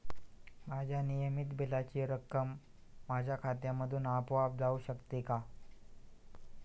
माझ्या नियमित बिलाची रक्कम माझ्या खात्यामधून आपोआप जाऊ शकते का?